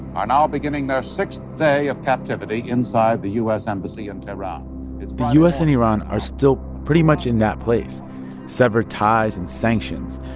are now beginning their sixth day of captivity inside the u s. embassy in tehran the u s. and iran are still pretty much in that place severed ties and sanctions.